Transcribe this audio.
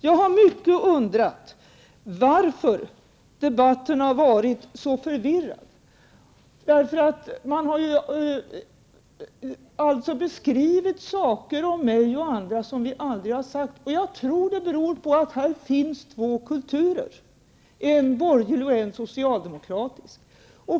Jag har undrat mycket varför debatten har varit så förvirrad. Man har sagt saker när det gäller mig och andra som vi aldrig har sagt. Jag tror att det beror på att det här finns två kulturer -- en borgerlig och en socialdemokratisk.